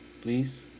Please